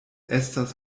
estas